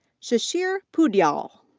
shirshir poudyal.